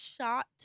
shot